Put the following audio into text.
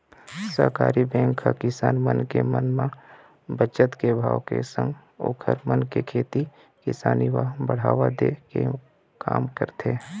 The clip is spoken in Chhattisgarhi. सहकारी बेंक ह किसान मन के मन म बचत के भाव के संग ओखर मन के खेती किसानी म बढ़ावा दे के काम करथे